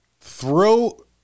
throw